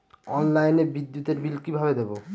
অনলাইনে বিদ্যুতের বিল কিভাবে দেব?